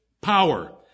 power